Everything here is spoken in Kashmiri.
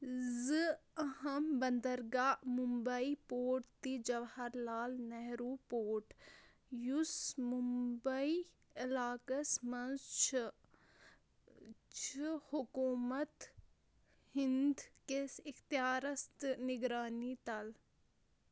زٕ اَہَم بندرگاہ مُمبَے پورٹ تہِ جوہر لال نہروٗ پورٹ یُس مُمبَے عِلاقَس مَنٛز چھُ چھِ حکوٗمت ہِنٛد کِس اِختِیارَس تہٕ نِگرانی تل